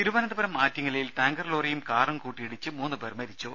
രുമ തിരുവനന്തപുരം ആറ്റിങ്ങലിൽ ടാങ്കർ ലോറിയും കാറും കൂട്ടിയിടിച്ച് മൂന്ന് പേർ മരിച്ചു